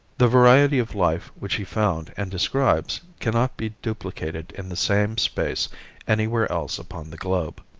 the variety of life which he found and describes cannot be duplicated in the same space anywhere else upon the globe.